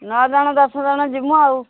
ନଅ ଜଣ ଦଶ ଜଣ ଯିିବୁ ଆଉ